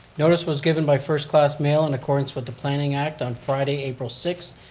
notice was given by first-class mail in accordance with the planning act on friday, april sixth,